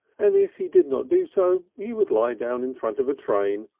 and if he did not do so he would lie down in front of a train,